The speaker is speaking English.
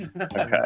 Okay